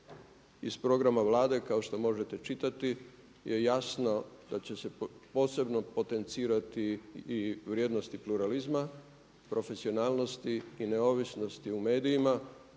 iz programa Vlade kao što možete čitati je jasno da će se posebno potencirati i vrijednosti pluralizma, profesionalnosti i neovisnosti u medijima